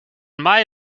mei